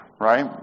Right